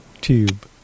tube